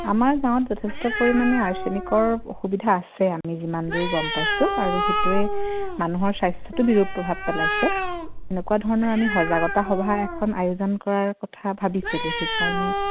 আমাৰ গাঁৱত যথেষ্ট পৰিমাণে আৰ্চেনিকৰ অসুবিধা আছে আমি যিমান দূৰ গম পাইছোঁ আৰু সেইটোৱে মানুহৰ স্বাস্থ্যটো বিৰোধ প্ৰভাৱ পেলাইছে এনেকুৱা ধৰণৰ আমি সজাগতা সভা এখন আয়োজন কৰাৰ কথা ভাবিছিলোঁ সেইকাৰণে